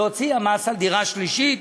להוציא המס על דירה שלישית,